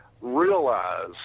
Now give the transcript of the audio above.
realize